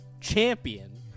champion